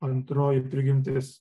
antroji prigimtis